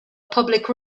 public